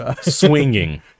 swinging